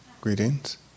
Greetings